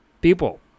People